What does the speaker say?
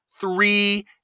three